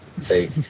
take